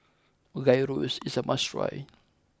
Gyros is a must try